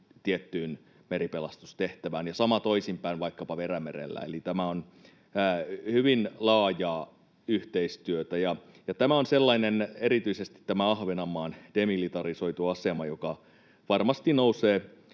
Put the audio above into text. tiettyyn meripelastustehtävään, ja sama toisinpäin vaikkapa Perämerellä. Eli tämä on hyvin laajaa yhteistyötä. Erityisesti tämä Ahvenanmaan demilitarisoitu asema on sellainen, joka varmasti nousee